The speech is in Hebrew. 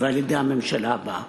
ועל-ידי הממשלה הבאה.